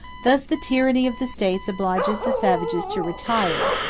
thus the tyranny of the states obliges the savages to retire,